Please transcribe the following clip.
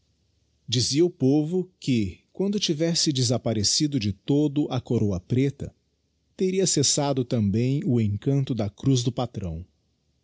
dizia o povo que quando tivesse desapparecido de todo a corôa preta teria cessado também o encanto da cruz do patrão